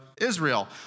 Israel